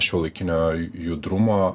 šiuolaikinio judrumo